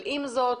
אבל עם זאת,